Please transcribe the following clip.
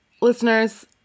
listeners